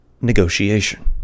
negotiation